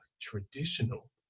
traditional